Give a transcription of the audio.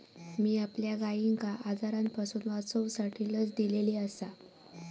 मी आपल्या गायिंका आजारांपासून वाचवूसाठी लस दिलेली आसा